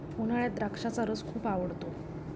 उन्हाळ्यात द्राक्षाचा रस खूप आवडतो